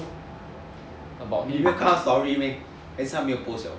你没有看他的 story meh 还是他没有 post liao